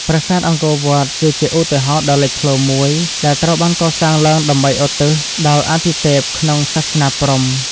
ប្រាសាទអង្គរវត្ត គឺជាឧទាហរណ៍ដ៏លេចធ្លោមួយ ដែលត្រូវបានកសាងឡើងដើម្បីឧទ្ទិសដល់អទិទេពក្នុងសាសនាព្រហ្មណ៍។